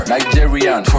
Nigerian